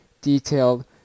detailed